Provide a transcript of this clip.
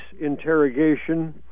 Interrogation